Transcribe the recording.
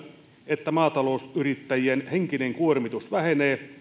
että maatalousyrittäjien henkinen kuormitus vähenee